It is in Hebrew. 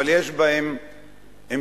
אבל יש בהם המשכיות,